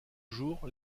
jours